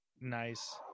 nice